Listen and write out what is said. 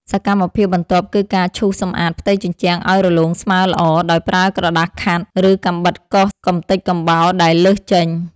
សកម្មភាពបន្ទាប់គឺការឈូសសម្អាតផ្ទៃជញ្ជាំងឱ្យរលោងស្មើល្អ ដោយប្រើក្រដាសខាត់ ឬកាំបិតកោសកម្ទេចកំបោរដែលលើសចេញ។